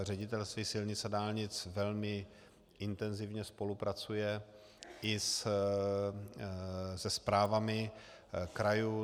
Ředitelství silnic a dálnic velmi intenzivně spolupracuje i se správami krajů.